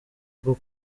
bwo